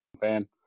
fan